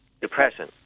Depression